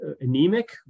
anemic